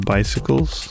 Bicycles